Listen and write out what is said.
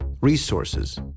resources